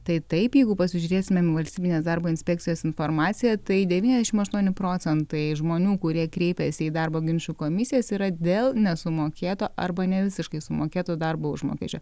tai taip jeigu pasižiūrėsim į valstybinės darbo inspekcijos informaciją tai devyniasdešim aštuoni procentai žmonių kurie kreipiasi į darbo ginčų komisijas yra dėl nesumokėto arba nevisiškai sumokėto darbo užmokesčio